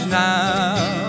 now